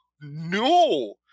no